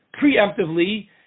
preemptively